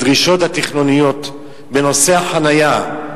הדרישות התכנוניות בנושא החנייה.